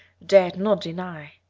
dared not deny.